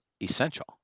essential